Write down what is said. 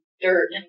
dirt